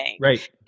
right